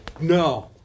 No